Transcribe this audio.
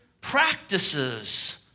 practices